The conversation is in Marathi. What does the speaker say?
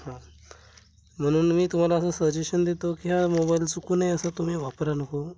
हां म्हणून मी तुम्हाला असं सजेशन देतो की ह्या मोबाईल चुकूनही असा तुम्ही वापराया नको